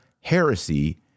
heresy